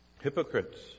hypocrites